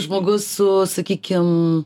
žmogus su sakykim